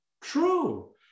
true